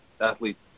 athletes